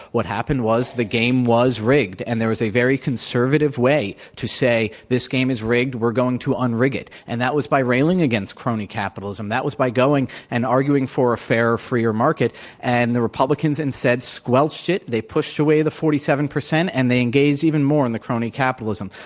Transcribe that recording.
what happened was the game was rigged and there was a very conservative way to say this game is rigged, we're going to unrig it, and that was by railing against crony capitalism. that was by going and arguing for a fair freer market and the republicans instead squelched it. they pushed away the forty seven percent and they engaged even more in the crony capitalism.